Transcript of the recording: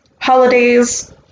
holidays